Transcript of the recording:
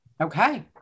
Okay